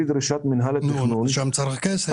דרישת מינהל התכנון --- לשם צריך כסף.